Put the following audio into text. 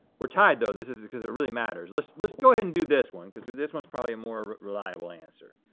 we're tied though, this is, cause it really matters. let's, let's go ahead and do this one cause this one's probably a more reliable answer.